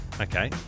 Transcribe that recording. Okay